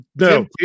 no